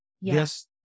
Yes